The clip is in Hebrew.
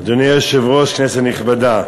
אדוני היושב-ראש, כנסת נכבדה,